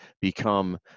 become